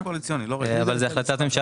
בדיוק.